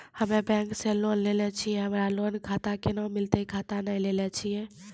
हम्मे बैंक से लोन लेली छियै हमरा लोन खाता कैना मिलतै खाता नैय लैलै छियै?